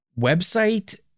website